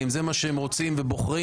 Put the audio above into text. אם זה מה שהם רוצים ובוחרים,